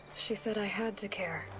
she said i had to care